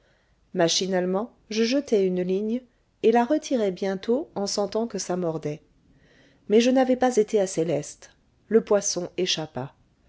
machinalement je jetai une ligne et la retirai bientôt en sentant que ça mordait mais je n'avais pas été assez leste le poisson échappa